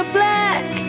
black